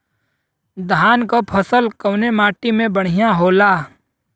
धान क फसल कवने माटी में बढ़ियां होला?